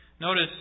Notice